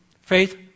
faith